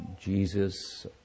Jesus